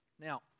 Now